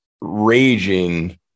raging